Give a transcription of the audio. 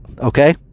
okay